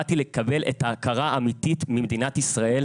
באתי לקבל את ההכרה האמיתית ממדינת ישראל